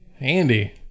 Andy